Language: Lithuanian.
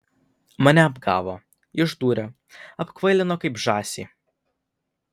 mane apgavo išdūrė apkvailino kaip žąsį